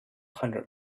hundred